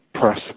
press